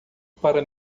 para